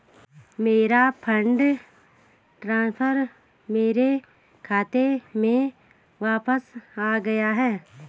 मेरा fund transfer मेरे खाते में वापस आ गया है